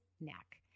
neck